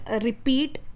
repeat